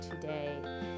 today